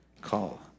call